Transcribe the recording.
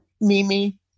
Mimi